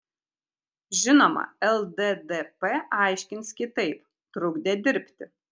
žinoma lddp aiškins kitaip trukdė dirbti